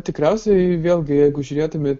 tikriausiai vėlgi jeigu žiūrėtume